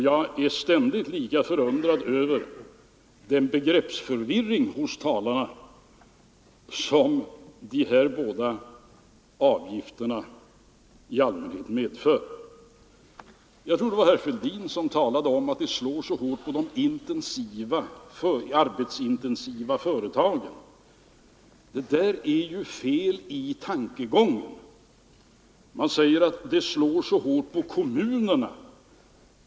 Jag är ständigt lika förundrad över den begreppsförvirring hos talarna som de här båda avgifterna i allmänhet medför. Herr Fälldin talade om att dessa avgifter slår hårt på de arbetsintensiva företagen. Det är en felaktig tankegång. Man säger också att de slår så hårt på kommunerna.